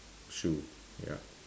shoe yup